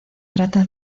trata